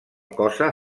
cosa